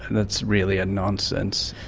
and it's really a nonsense.